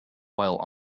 while